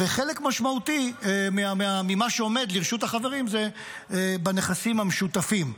וחלק משמעותי ממה שעומד לרשות החברים זה בנכסים המשותפים.